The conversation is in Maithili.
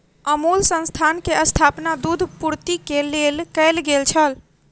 अमूल संस्थान के स्थापना दूध पूर्ति के लेल कयल गेल छल